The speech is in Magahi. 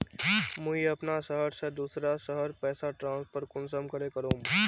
मुई अपना शहर से दूसरा शहर पैसा ट्रांसफर कुंसम करे करूम?